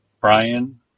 Brian